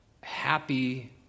happy